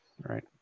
Right